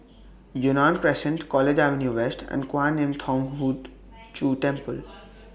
Yunnan Crescent College Avenue West and Kwan Im Thong Hood Cho Temple